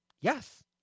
Yes